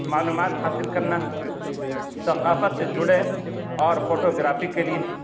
معلومات حاصل کرنا ثقافت سے جڑے اور فوٹو گرافی کے لیے